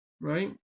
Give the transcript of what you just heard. right